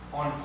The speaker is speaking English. on